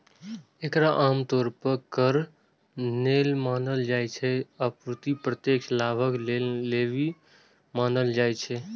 एकरा आम तौर पर कर नै मानल जाइ छै, अपितु प्रत्यक्ष लाभक लेल लेवी मानल जाइ छै